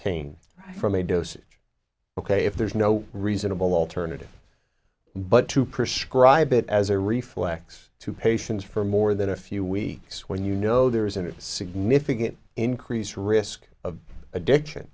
pain from a dosage ok if there's no reasonable alternative but to prescribe it as a reflex to patients for more than a few weeks when you know there is a significant increase risk of addiction